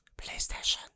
PlayStation